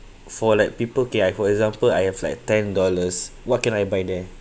for like people okay I for example I have like ten dollars what can I buy there